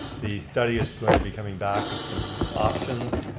the study is going to be coming back with some options.